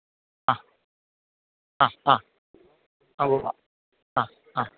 ആ ആ ആ ആ ഉവ്വവ്വ ആ ആ